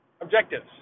objectives